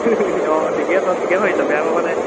অঁ ঠিকে আছে ঠিকে ভাবিছ বেয়া ভবা নাই